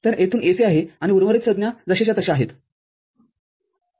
तर येथून AC आहे आणि उर्वरित संज्ञा जशाच्या तशा आहेत